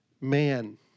man